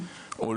הוא לא